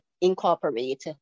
incorporate